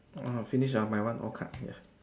!whoa! finished ah my one all cards ya